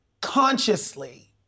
consciously